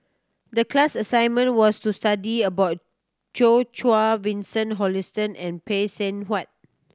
the class assignment was to study about Jo Chua Vincent Hoisington and Phay Seng Whatt